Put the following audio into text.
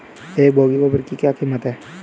एक बोगी गोबर की क्या कीमत है?